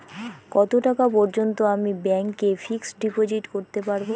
কত টাকা পর্যন্ত আমি ব্যাংক এ ফিক্সড ডিপোজিট করতে পারবো?